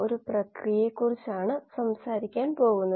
നമ്മൾ കോശങ്ങളിലെ ജനലുകളെ കുറിച്ചു സംസാരിക്കാൻ തുടങ്ങുന്നു